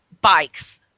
bikes